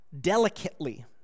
delicately